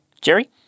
Jerry